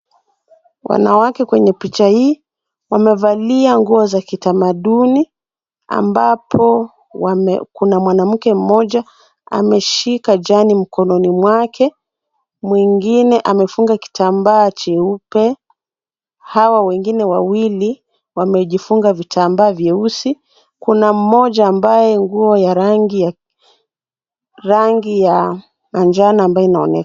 Wanawake kwenye picha hii wamevalia nguo za kitamaduni, ambapo kuna mwanamke mmoja ameshika jani mkononi mwake, mwingine amefunga kitambaa cheupe. Hawa wengine wawili, wamejifunga vitambaa vyeusi, kuna mmoja ambaye nguo ya rangi ya njano ambayo inaonekana.